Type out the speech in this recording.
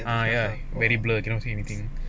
ah ya very blur cannot see anything